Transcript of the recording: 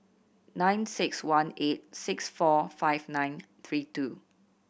nine six one eight six four five nine three two